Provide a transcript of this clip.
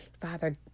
father